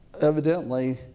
evidently